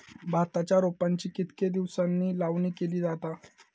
भाताच्या रोपांची कितके दिसांनी लावणी केली जाता?